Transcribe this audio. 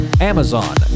Amazon